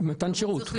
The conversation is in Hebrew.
במתן שירות.